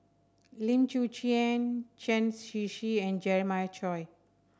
Lim Chwee Chian Chen Shiji and Jeremiah Choy